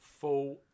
Full